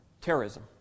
terrorism